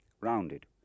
rounded